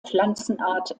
pflanzenart